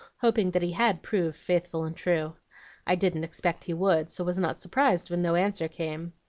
hoping that he had proved faithful and true i didn't expect he would, so was not surprised when no answer came.